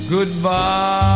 Goodbye